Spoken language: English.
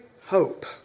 hope